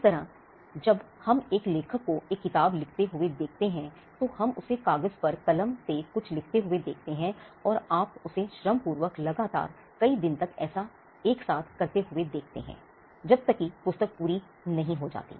इसी तरह जब हम एक लेखक को एक किताब लिखते हुए देखते हैं तो हम उसे कागज पर कलम से कुछ लिखते हुए देखते हैं और आप उसे श्रमपूर्वक लगातार कई दिनों तक एक साथ ऐसा करते हुए देखते हैं जब तक कि पुस्तक पूरी नहीं हो जाती